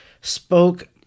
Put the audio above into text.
spoke